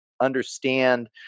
understand